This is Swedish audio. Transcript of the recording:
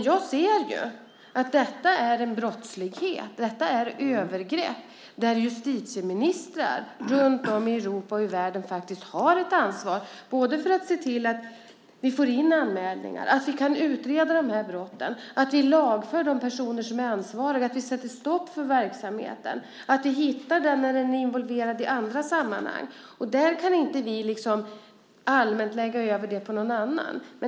Jag ser dock att detta är en brottslighet och övergrepp där justitieministrar runtom i Europa och i världen faktiskt har ett ansvar för att se till att vi får in anmälningar, att vi kan utreda brotten, att vi lagför de personer som är ansvariga, att vi sätter stopp för verksamheten och att vi hittar den när den är involverad i andra sammanhang. Detta kan inte vi allmänt lägga över på någon annan.